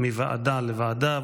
מוועדה לוועדה.